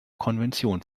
konvention